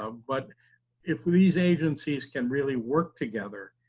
ah but if these agencies can really work together,